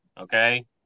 Okay